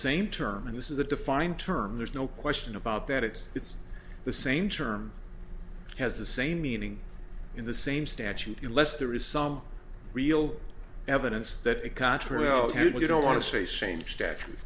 same term and this is a defined term there's no question about that it's it's the same term has the same meaning in the same statute you less there is some real evidence that it contrails who don't want to say same sta